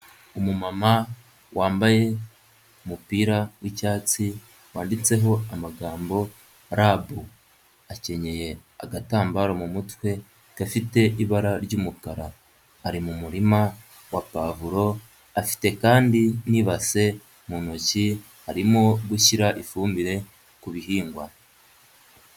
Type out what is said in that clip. Umumama wambaye umupira w'icyatsi wanditseho amagambo rabu, akenyeye agatambaro mu mutwe gafite ibara ry'umukara. Ari mu murima wa pavuro afite kandi n'ibase mu ntoki arimo gushyira ifumbire ku bihingwa.